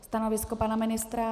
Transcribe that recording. Stanovisko pana ministra?